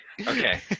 Okay